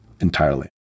entirely